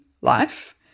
life